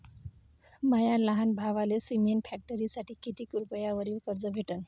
माया लहान भावाले सिमेंट फॅक्टरीसाठी कितीक रुपयावरी कर्ज भेटनं?